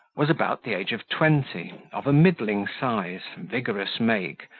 was about the age of twenty, of a middling size, vigorous make,